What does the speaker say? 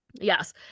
Yes